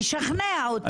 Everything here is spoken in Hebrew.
נשכנע אותה.